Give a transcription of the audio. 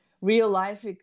real-life